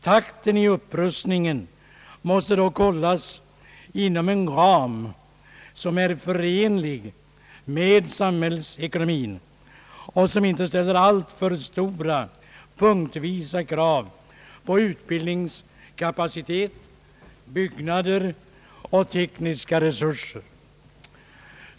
Takten i upprustningen måste dock hållas inom en ram som är förenlig med samhällsekonomin och som inte ställer alltför stora krav punktvis på utbildningskapacitet, byggnader och tekniska resurser.